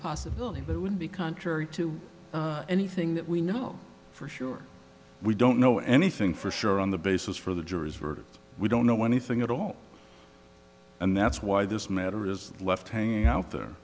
possibility it would be contrary to anything that we know for sure we don't know anything for sure on the basis for the jury's verdict we don't know anything at all and that's why this matter is left hanging out there